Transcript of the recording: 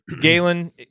Galen